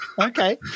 Okay